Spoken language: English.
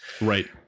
Right